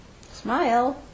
Smile